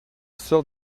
sort